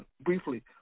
Briefly